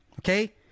okay